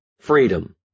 Freedom